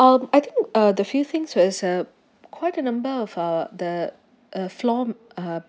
um I think uh the few things was uh quite a number of our the uh floor uh